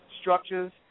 structures